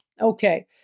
Okay